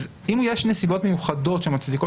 אז אם יש נסיבות מיוחדות המצדיקות